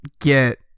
get